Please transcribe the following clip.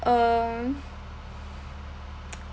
um